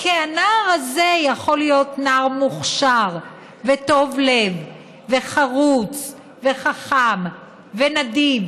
כי הנער הזה יכול להיות נער מוכשר וטוב לב וחרוץ וחכם ונדיב